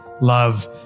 love